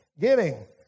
Giving